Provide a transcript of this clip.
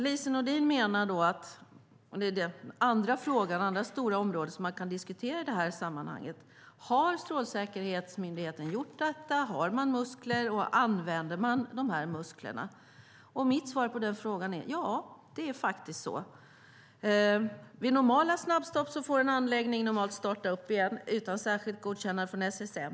Lise Nordin undrar då - och det är det andra stora området som kan diskuteras i det här sammanhanget - om Strålsäkerhetsmyndigheten har gjort detta. Har man muskler, och använder man sig av dem? Mitt svar på den frågan är: Ja, det gör man faktiskt. Vid normala snabbstopp får en anläggning vanligtvis starta upp igen utan särskilt godkännande från SSM.